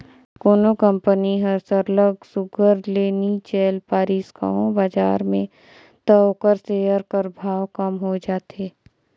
कोनो कंपनी हर सरलग सुग्घर ले नी चइल पारिस कहों बजार में त ओकर सेयर कर भाव कम हो जाथे